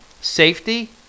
safety